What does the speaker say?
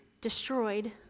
destroyed